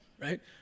Right